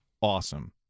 awesome